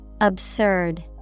Absurd